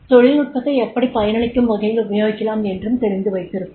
தொழில் நுட்பத்தை எப்படி பயனளிக்கும் வகையில் உபயோகிக்கலாம் என்றும் தெரிந்துவைத்திருப்பார்